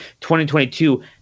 2022